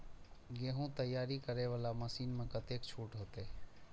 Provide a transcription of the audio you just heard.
गेहूं तैयारी करे वाला मशीन में कतेक छूट होते?